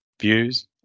views